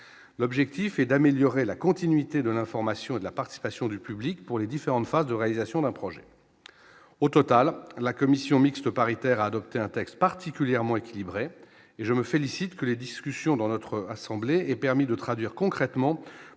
l'objectif est d'améliorer la continuité de l'information et de la participation du public pour les différentes phases de réalisation d'un projet, au total, la commission mixte paritaire, a adopté un texte particulièrement équilibré et je me félicite que les discussions dans notre assemblée et permis de traduire concrètement